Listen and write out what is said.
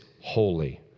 holy